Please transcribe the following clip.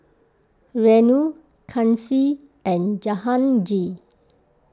Renu Kanshi and Jahangir